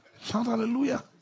hallelujah